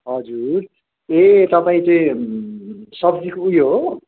हजुर ए तपाईँ चाहिँ सब्जीको उयो हो